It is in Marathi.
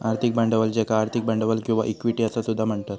आर्थिक भांडवल ज्याका आर्थिक भांडवल किंवा इक्विटी असा सुद्धा म्हणतत